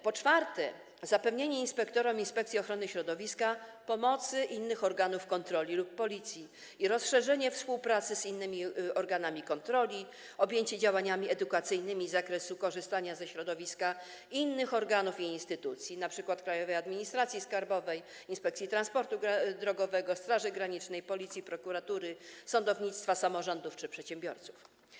Po czwarte, projekt przewiduje zapewnienie inspektorom Inspekcji Ochrony Środowiska pomocy innych organów kontroli lub Policji i rozszerzenie współpracy z innymi organami kontroli, objęcie działaniami edukacyjnymi z zakresu korzystania ze środowiska innych organów i instytucji, np. Krajowej Administracji Skarbowej, Inspekcji Transportu Drogowego, Straży Granicznej, Policji, prokuratury, sądownictwa, samorządów czy przedsiębiorców.